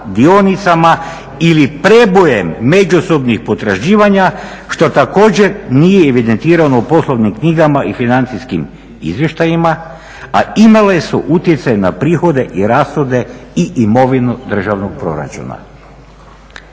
dionicama ili prebojem međusobnih potraživanja što također nije evidentirano u poslovnim knjigama i financijskim izvještajima, a imale su utjecaj na prihode i rashode i imovinu državnog proračuna.